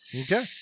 Okay